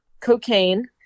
cocaine